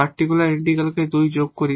particular integral কে যদি 2 যোগ করি